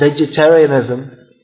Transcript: vegetarianism